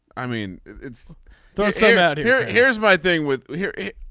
i mean it's the same out here. here's my thing with here.